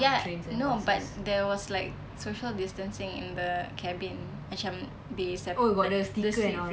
ya no but there was like social distancing in the cabin macam they separate with those things